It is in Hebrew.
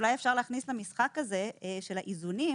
שאפשר להכניס למשחק הזה של האיזונים